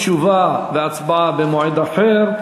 תשובה והצבעה במועד אחר.